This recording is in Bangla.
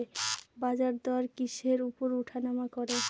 বাজারদর কিসের উপর উঠানামা করে?